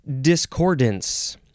Discordance